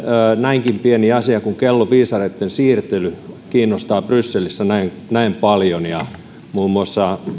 näinkin pieni asia kuin kellon viisareitten siirtely kiinnostaa brysselissä näin näin paljon muun muassa